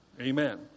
Amen